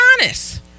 honest